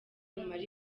rumara